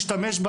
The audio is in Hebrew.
נוסף,